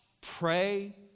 pray